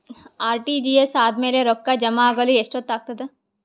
RTGS ಆದ್ಮೇಲೆ ರೊಕ್ಕ ಜಮಾ ಆಗಲು ಎಷ್ಟೊತ್ ಆಗತದ?